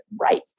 right